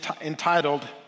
entitled